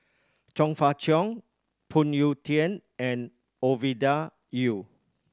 Chong Fah Cheong Phoon Yew Tien and Ovidia Yu